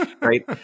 right